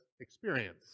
experience